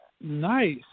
Nice